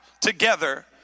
together